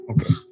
Okay